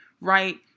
right